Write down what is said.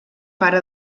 pare